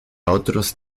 otros